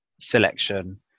selection